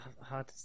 hard